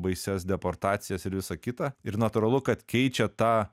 baisias deportacijas ir visa kita ir natūralu kad keičia tą